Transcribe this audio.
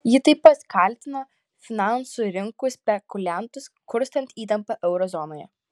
ji taip pat kaltino finansų rinkų spekuliantus kurstant įtampą euro zonoje